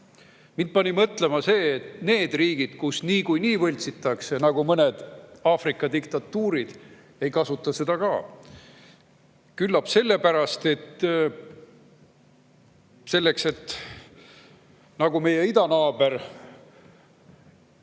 Mind pani mõtlema see, et need riigid, kus [tulemusi] niikuinii võltsitakse, nagu mõned Aafrika diktatuurid, ei kasuta neid ka. Küllap sellepärast, et selleks, et saaks rääkida nagu meie idanaaber,